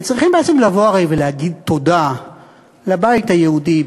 הם צריכים בעצם לבוא ולהגיד הרי תודה לבית היהודי,